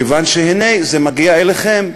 מכיוון שהנה, זה מגיע אליכם.